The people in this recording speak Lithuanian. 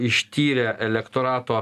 ištyrę elektorato